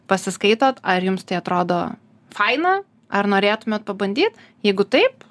pasiskaitot ar jums tai atrodo faina ar norėtumėt pabandyt jeigu taip